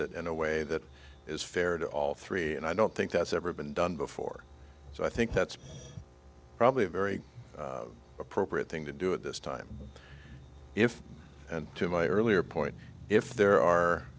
it in a way that is fair to all three and i don't think that's ever been done before so i think that's probably a very appropriate thing to do at this time if and to my earlier point if there are